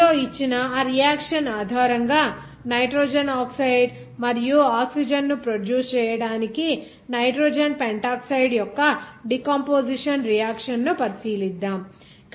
స్లైడ్లో ఇచ్చిన ఈ రియాక్షన్ ఆధారంగా నైట్రోజన్ డయాక్సైడ్ మరియు ఆక్సిజన్ను ప్రొడ్యూస్ చేయడానికి నైట్రోజన్ పెంటాక్సైడ్ యొక్క డి కంపోజిషన్ రియాక్షన్ ను పరిశీలిద్దాం